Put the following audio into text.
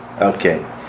Okay